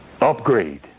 Upgrade